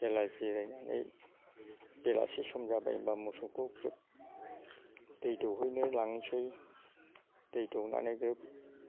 जेला जिरायनानै बेलासि सम जाबाय होमबा मोसौखौ दै दौहैनो लांनोसै दै दौनानै ग्रोब